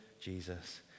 Jesus